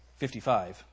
55